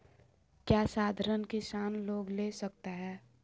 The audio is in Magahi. क्या साधरण किसान लोन ले सकता है?